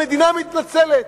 המדינה מתנצלת.